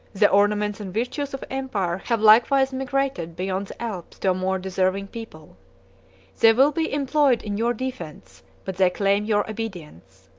the ornaments and virtues of empire have likewise migrated beyond the alps to a more deserving people they will be employed in your defence, but they claim your obedience.